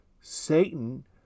Satan